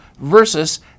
versus